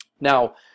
Now